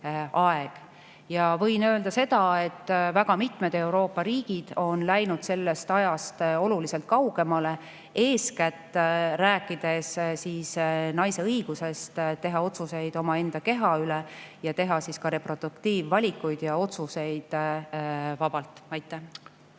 ka öelda seda, et väga mitmed Euroopa riigid on läinud sellest ajast oluliselt kaugemale, eeskätt rääkides naise õigusest teha otsuseid omaenda keha üle, teha ka reproduktiivvalikuid ja ‑otsuseid vabalt. Aitäh